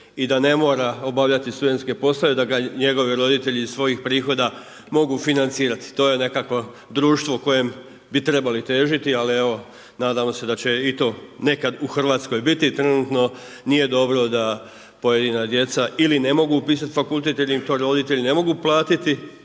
i da ne mora obavljati studentske poslove, da ga njegovi roditelji iz svojih prihoda mogu financirati. To je nekakvo društvo kojem bi trebali težiti ali evo nadamo se da će i to nekad u Hrvatskoj biti. Trenutno nije dobro da pojedina djeca ili ne mogu upisati fakultet ili im to roditelji ne mogu platiti